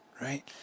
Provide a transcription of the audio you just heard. right